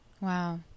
Wow